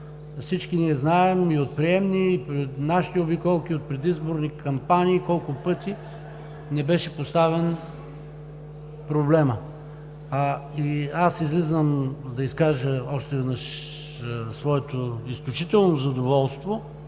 всички ние знаем и от приемни, и от нашите обиколки от предизборни кампании колко пъти ни беше поставян проблемът. Излизам да изкажа още веднъж своето изключително задоволство